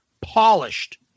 Polished